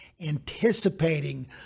anticipating